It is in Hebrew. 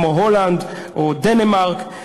כמו הולנד או דנמרק.